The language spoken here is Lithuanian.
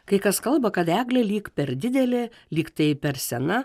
kai kas kalba kad eglė lyg per didelė lyg tai per sena